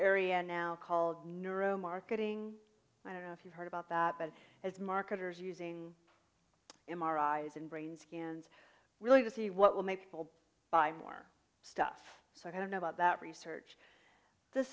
area now called neuro marketing i don't know if you've heard about that but as marketers are using m r i s and brain scans really to see what will make people buy more stuff so i don't know about that research th